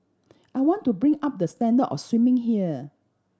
I want to bring up the standard of swimming here